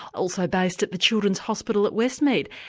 also based at the children's hospital at westmead.